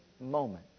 moment